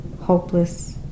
hopeless